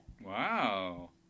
Wow